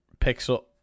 pixel